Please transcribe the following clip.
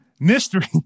Mystery